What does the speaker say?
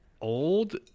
old